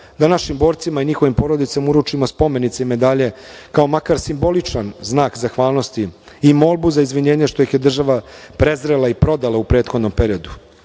da našim borcima i njihovim porodica uručimo spomenice i medalje, kao makar simboličan zahvalnosti i molbu za izvinjenje što ih je država prezrela i prodala u prethodnom periodu.